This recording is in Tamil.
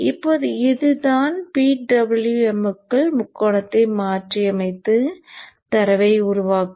இப்போது இதுதான் PWM க்குள் முக்கோணத்தை மாற்றியமைத்து தரவை உருவாக்கும்